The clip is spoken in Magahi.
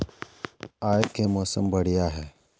आय के मौसम बढ़िया है?